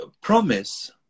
promise